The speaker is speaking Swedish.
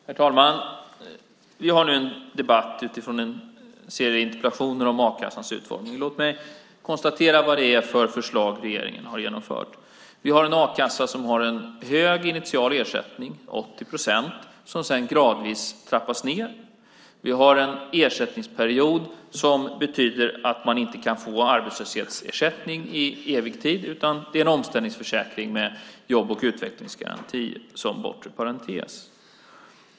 Herr talman! Vi har nu en debatt utifrån en serie interpellationer om a-kassans utformning. Låt mig konstatera vilka förslag regeringen har genomfört. Vi har en a-kassa som har en hög initial ersättning, 80 procent, som sedan gradvis trappas ned. Vi har en ersättningsperiod som betyder att man inte kan få arbetslöshetsersättning i evig tid, utan det är en omställningsförsäkring med jobb och utvecklingsgarantin som bortre parentes.